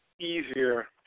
easier